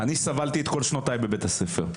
אני סבלתי בכל שנותיי בבית הספר.